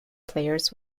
players